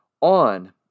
on